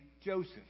Joseph